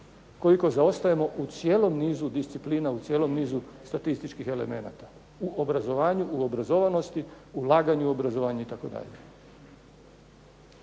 koliko zaostajemo u cijelom nizu disciplina, u cijelom nizu statističkih elemenata, u obrazovanju, u obrazovanosti, ulaganju u obrazovanje itd.